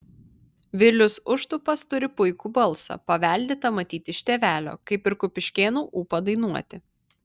vilius užtupas turi puikų balsą paveldėtą matyt iš tėvelio kaip ir kupiškėnų ūpą dainuoti